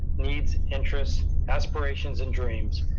needs, interests, aspirations and dreams,